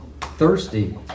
Thirsty